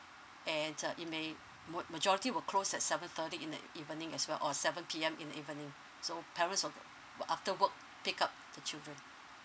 and uh it may mo~ majority will close at seven thirty in the evening as well or seven P_M in the evening so parents will after work pick up the children